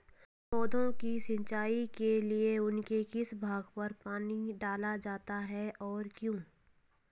पौधों की सिंचाई के लिए उनके किस भाग पर पानी डाला जाता है और क्यों?